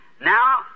Now